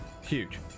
huge